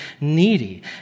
needy